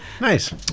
nice